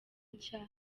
nshya